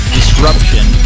Disruption